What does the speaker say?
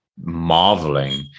Marveling